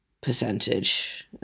percentage